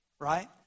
right